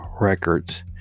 records